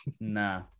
Nah